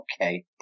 okay